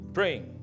Praying